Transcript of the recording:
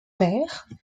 père